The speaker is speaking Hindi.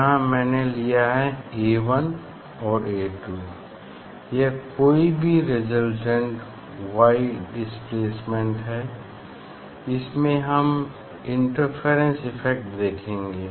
यहाँ मैंने लिया है A 1 और A 2 यह कोई भी रेसल्टेंट Y डिस्प्लेसमेंट हैं इसमें हम इंटरफेरेंस इफ़ेक्ट देखेंगे